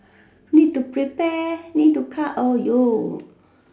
need to prepare need to cut !aiyo!